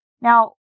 Now